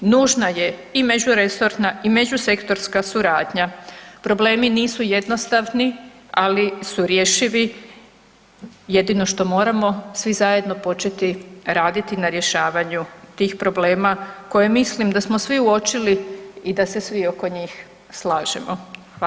Nužna je i međuresorna i međusektorska suradnja, problemi nisu jednostavni, ali su rješivi jedino što moramo svi zajedno početi raditi na rješavanju tih problema koje mislim da smo svi uočili i da se svi oko njih slažemo.